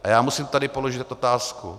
A já musím tady položit otázku.